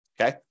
okay